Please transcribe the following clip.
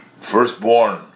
firstborn